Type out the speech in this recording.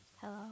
Hello